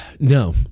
No